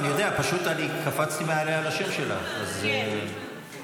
אני יודע, קפצתי על השם שלך אז --- דילגת.